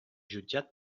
jutjat